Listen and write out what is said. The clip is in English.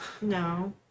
no